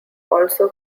also